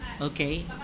Okay